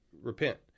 repent